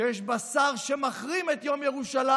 שיש בה שר שמחרים את יום ירושלים,